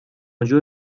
جور